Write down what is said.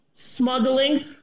smuggling